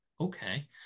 okay